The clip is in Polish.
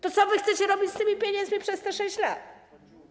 To co wy chcecie robić z tymi pieniędzmi przez te 6 lat?